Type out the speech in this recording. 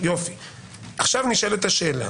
עכשיו נשאלת השאלה